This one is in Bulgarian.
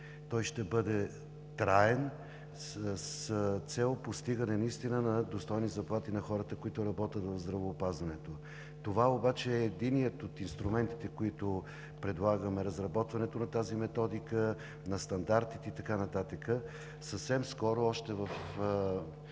Той ще бъде траен с цел постигане наистина на достойни заплати за хората, които работят в здравеопазването. Това обаче е единият от инструментите, които предлагаме – разработването на методиката, на стандартите и така нататък. Съвсем скоро – още в